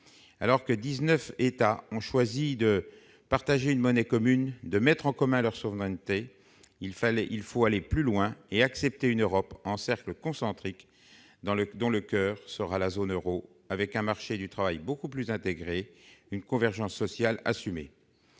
alors que 19 États ont choisi de partager une monnaie commune, de mettre en commun leur souveraineté, il fallait, il faut aller plus loin et accepté une Europe en cercles concentriques dans le dans le coeur sera la zone Euro, avec un marché du travail beaucoup plus intégré une convergence sociale assumée,